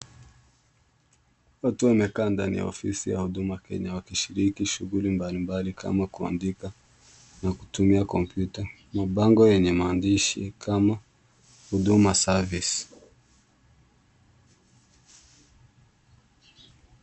Watu wamekaa ndani ya ofisi ya Huduma Kenya, wakishiriki shughuli mbali mbali kama kuandika na kutumia kompyuta. Mabango yenye maandishi kama, huduma service .